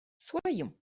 soyons